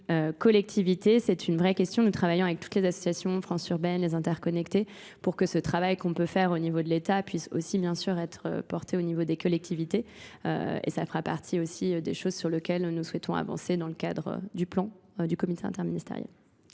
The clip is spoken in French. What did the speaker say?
collectivité, c'est une vraie question. Nous travaillons avec toutes les associations, France Urbaine, les Interconnectés, pour que ce travail qu'on peut faire au niveau de l'État puisse aussi bien sûr être porté au niveau des collectivités. Et ça fera partie aussi des choses sur lesquelles nous souhaitons avancer dans le cadre du plan du comité interministérieur.